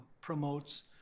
promotes